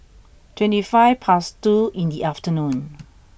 twenty five past two in the afternoon